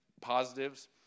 positives